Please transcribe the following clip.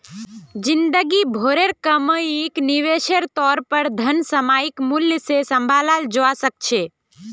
जिंदगी भरेर कमाईक निवेशेर तौर पर धन सामयिक मूल्य से सम्भालाल जवा सक छे